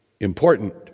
important